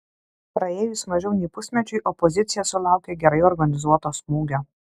praėjus mažiau nei pusmečiui opozicija sulaukė gerai organizuoto smūgio